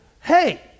hey